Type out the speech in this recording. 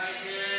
מי נגד?